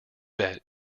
bet